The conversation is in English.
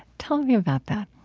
tell me about that